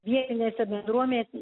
vietinėse bendruomenėse